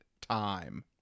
time